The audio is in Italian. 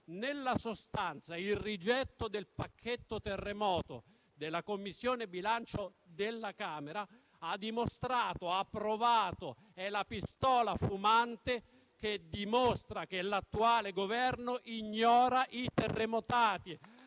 alla Camera, dove il rigetto del pacchetto terremoto da parte della Commissione bilancio della Camera ha dimostrato, ha provato, è la pistola fumante che dimostra che l'attuale Governo ignora i terremotati,